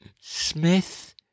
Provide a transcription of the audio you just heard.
Smith